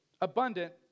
abundant